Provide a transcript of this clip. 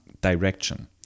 direction